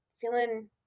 feeling